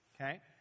okay